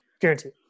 Guaranteed